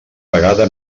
vegada